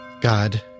God